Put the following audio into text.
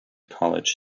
college